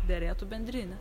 derėtų bendrine